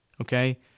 Okay